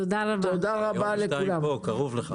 תודה רבה, הישיבה נעולה.